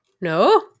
No